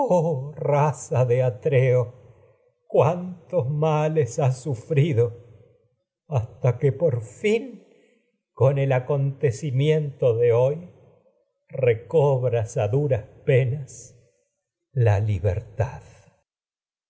raza de atreo con cuántos males has su frido hasta que por fin recobras a el acontecimiento de hoy duras penas la libertad